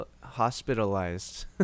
hospitalized